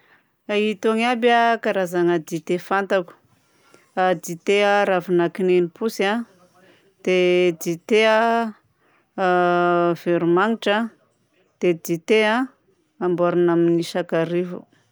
Itony aby a karazagna dite fantako: dite ravina kininim-potsy a, dia dite veromagnitra a, dia dite amboarina amin'ny sakarivo.